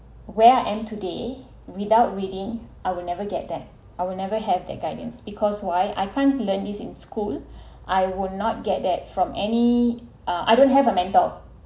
where I am today without reading I will never get that I would never have their guidance because why I can't learn this in school I will not get that from any uh I don't have a mentor